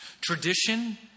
Tradition